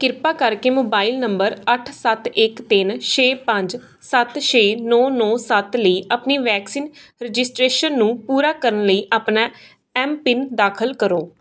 ਕਿਰਪਾ ਕਰਕੇ mobile number ਅੱਠ ਸੱਤ ਇੱਕ ਤਿੰਨ ਛੇ ਪੰਜ ਸੱਤ ਛੇ ਨੌਂ ਨੌਂ ਸੱਤ ਲਈ ਆਪਣੀ ਵੈਕਸੀਨ ਰਜਿਸਟ੍ਰੇਸ਼ਨ ਨੂੰ ਪੂਰਾ ਕਰਨ ਲਈ ਆਪਣਾ ਐਮਪਿੰਨ ਦਾਖਲ ਕਰੋ